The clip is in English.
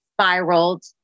spiraled